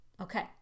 okay